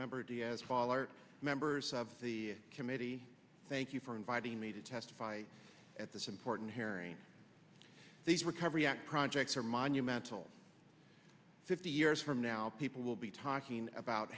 ranking member diaz follower members of the committee thank you for inviting me to testify at this important hearing these recovery act projects are monumental fifty years from now people will be talking about